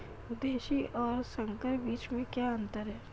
देशी और संकर बीज में क्या अंतर है?